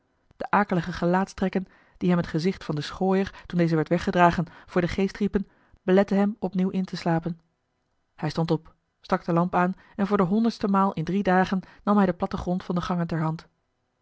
de akelige gelaatstrekken die hem het gezicht van den schooier toen deze werd wegeli heimans willem roda gedragen voor den geest riepen beletten hem opnieuw in te slapen hij stond op stak de lamp aan en voor de honderste maal in drie dagen nam hij den platten grond van de